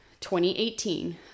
2018